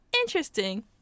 Interesting